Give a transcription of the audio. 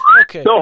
Okay